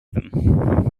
them